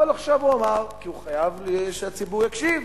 אבל עכשיו הוא אמר, כי הוא חייב שהציבור יקשיב.